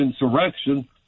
insurrection